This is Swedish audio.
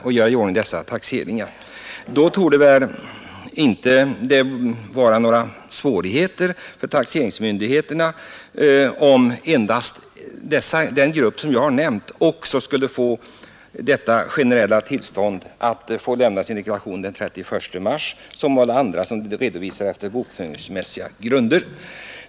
Därför borde det väl inte uppstå några svårigheter för taxeringsmyndigheterna, om endast den grupp som jag har nämnt också skulle få generellt tillstånd att lämna sin deklaration den 31 mars, i likhet med alla andra som redovisar enligt bokföringsmässiga grunder.